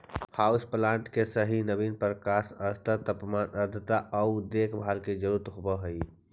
house plant के सही नवीन प्रकाश स्तर तापमान आर्द्रता आउ देखभाल के जरूरत होब हई